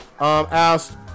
asked